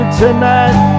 tonight